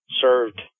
served